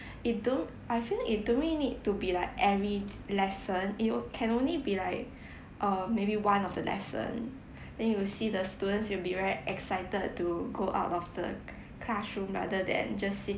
it don't I feel it don't really need to be like every lesson it o~ can only be like uh maybe one of the lesson then you will see the students will be very excited to go out of the c~ classroom rather than just sitting